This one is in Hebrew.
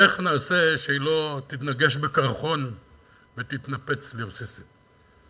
איך נעשה שהיא לא תתנגש בקרחון ותתנפץ לרסיסים?